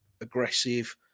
aggressive